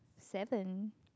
seven